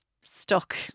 stuck